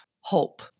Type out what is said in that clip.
hope